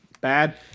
bad